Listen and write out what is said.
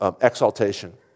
exaltation